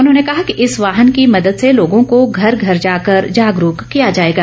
उन्होंने कहा कि इस वाहन की मदद से लोगों को घर घर जाकर जागरूक किया जाएगा